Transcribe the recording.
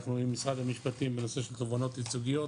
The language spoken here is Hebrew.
אנחנו עם משרד המשפטים בנושא של תובענות ייצוגיות